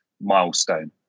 milestone